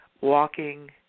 walking